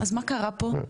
אז מה קרה פה?